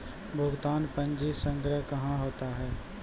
भुगतान पंजी संग्रह कहां होता हैं?